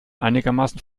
einigermaßen